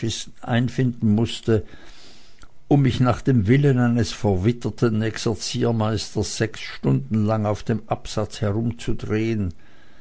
einfinden mußte um mich nach dem willen eines verwitterten exerziermeisters sechs stunden lang auf dem absatze herumzudrehen